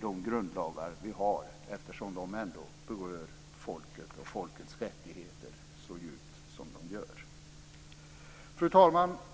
de grundlagar vi har. De berör ju folket och folkets rättigheter så djupt. Fru talman!